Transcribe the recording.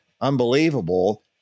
unbelievable